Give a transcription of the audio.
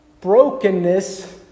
brokenness